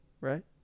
right